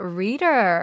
reader